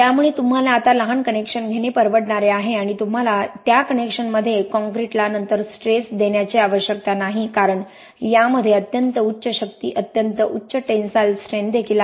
त्यामुळे तुम्हाला आता लहान कनेक्शन घेणे परवडणारे आहे आणि तुम्हाला त्या कनेक्शनमध्ये कॉंक्रिटला नंतर स्ट्रेस देण्याची आवश्यकता नाही कारण यामध्ये अत्यंत उच्च शक्ती अत्यंत उच्च टेंसाईल स्ट्रेंथ देखील आहे